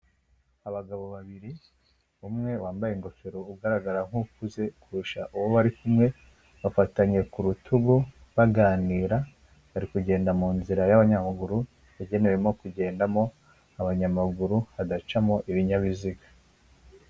Abagabo babiri, umwe wambaye ingofero ugaragara nk'ukuze kurusha uwo bari kumwe, bafatanye ku rutugu baganira, bari kugenda mu nzira y'abanyamaguru, yagenewemo kugendamo abanyamaguru, hadacamo ibinyabiziga.